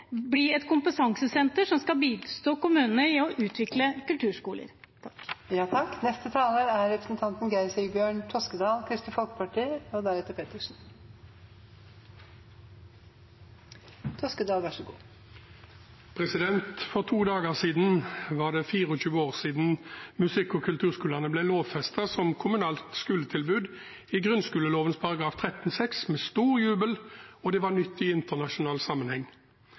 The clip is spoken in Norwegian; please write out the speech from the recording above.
bli et kompetansesenter som skal bistå kommunene i å utvikle kulturskoler. For to dager siden var det 24 år siden musikk- og kulturskolene ble lovfestet som et kommunalt skoletilbud i grunnskoleloven § 13-6 – med stor jubel, og det var nytt i internasjonal sammenheng.